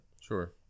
Sure